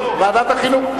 חינוך.